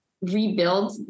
rebuild